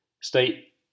state